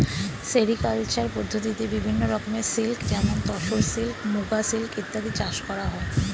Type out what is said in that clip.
sericulture পদ্ধতিতে বিভিন্ন রকমের সিল্ক যেমন তসর সিল্ক, মুগা সিল্ক ইত্যাদি চাষ করা হয়